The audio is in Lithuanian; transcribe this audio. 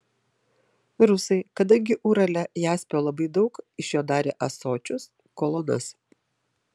rusai kadangi urale jaspio labai daug iš jo darė ąsočius kolonas